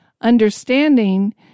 Understanding